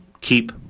keep